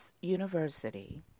University